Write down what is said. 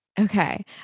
Okay